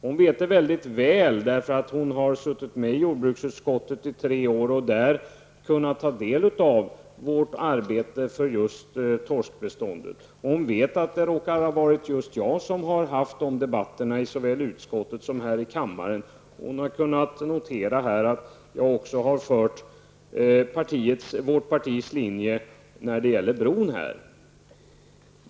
Hon vet det väldigt väl, eftersom har suttit med i jordbruksutskottet i tre år och där kunnat ta del av vårt arbete för just torskbeståndet. Hon vet att det råkar vara just jag som har haft dessa debatter såväl i utskottet som här i kammaren. Hon har kunnat notera att jag också har fört vårt partis linje när det gäller bron.